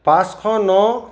পাঁচশ ন